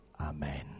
Amen